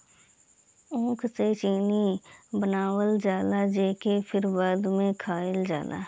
ऊख से चीनी बनावल जाला जेके फिर बाद में खाइल जाला